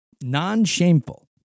non-shameful